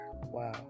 Wow